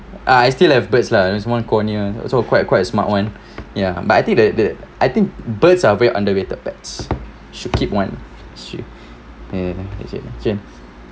ah I still have birds lah there's one conure also quite quite smart [one] ya but I think that that I think birds are very underrated pets should keep one should